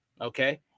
Okay